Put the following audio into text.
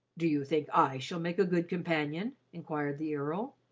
do you think i shall make a good companion? inquired the earl.